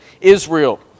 Israel